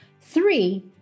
Three